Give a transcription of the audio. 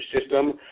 system